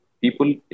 people